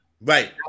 Right